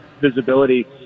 visibility